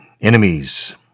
enemies